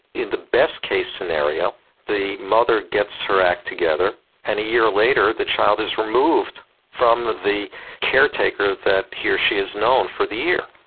in the best case scenario the mother gets her act together and a year later the child is removed from the caretaker that he or she has known for the year.